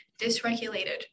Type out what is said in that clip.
dysregulated